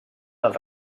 del